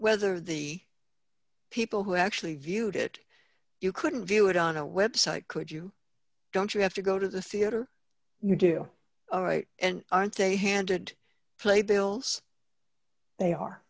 whether the people who actually viewed it you couldn't view it on a website could you don't you have to go to the theater you do all right and aren't they handed play bills they are